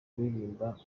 kuririmba